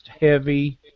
heavy